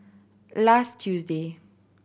last Tuesday